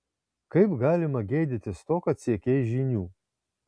kaip galima gėdytis to kad siekei žinių